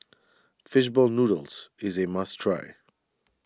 Fish Ball Noodles is a must try